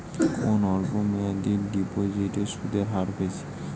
কোন অল্প মেয়াদি ডিপোজিটের সুদের হার বেশি?